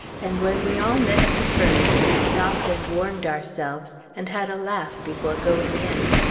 and when we all met at the furnace, we stopped and warmed ourselves, and had a laugh before going in.